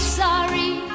sorry